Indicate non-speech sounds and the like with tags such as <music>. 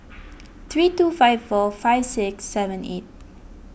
<noise> three two five four five six seven eight